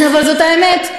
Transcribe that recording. אבל זאת האמת.